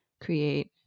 create